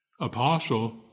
apostle